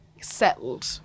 settled